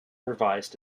revised